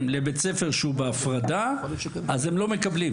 לבית ספר שהוא בהפרדה הם לא מקבלים.